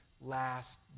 last